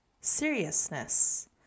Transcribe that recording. seriousness